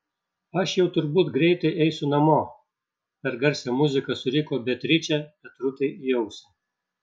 aš jau turbūt greitai eisiu namo per garsią muziką suriko beatričė petrutei į ausį